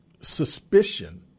suspicion